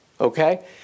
okay